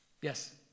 Yes